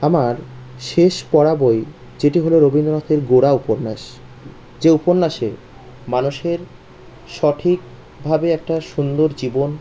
আমার শেষ পড়া বই যেটি হলো রবীন্দ্রনাথের গোরা উপন্যাস যে উপন্যাসে মানুষের সঠিকভাবে একটা সুন্দর জীবন